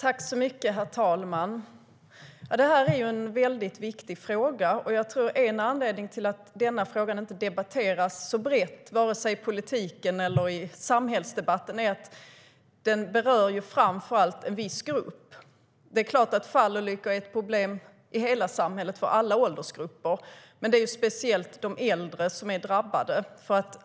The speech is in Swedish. Herr talman! Det här är en väldigt viktig fråga. Jag tror att en anledning till att denna fråga inte debatteras så brett i politiken och samhällsdebatten är att den framför allt berör en viss grupp. Det är klart att fallolyckor är ett problem i hela samhället för alla åldersgrupper, men det är speciellt de äldre som är drabbade.